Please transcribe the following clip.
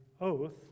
oath